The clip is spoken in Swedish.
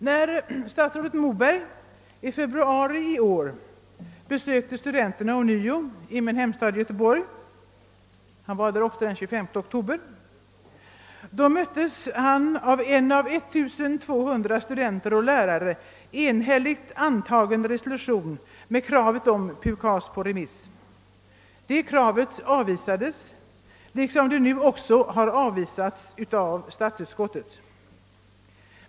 När statsrådet Moberg i februari i år ånyo besökte studenterna i min hemstad Göteborg, där han förut varit den 25 oktober i fjol, möttes han av en av 1200 studenter och lärare enhälligt antagen resolution med kravet »PUKAS på remiss!». Detta krav avvisades liksom det nu avvisats av statsutskottet.